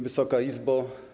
Wysoka Izbo!